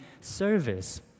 service